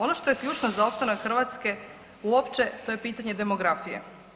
Ono što je ključno za opstanak Hrvatske uopće to je pitanje demografije.